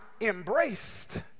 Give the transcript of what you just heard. embraced